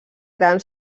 gran